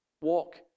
Walk